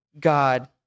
God